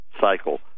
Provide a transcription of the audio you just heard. cycle